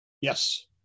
yes